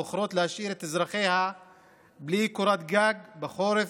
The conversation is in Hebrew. בוחרת להשאיר את אזרחיה בלי קורת גג בחורף,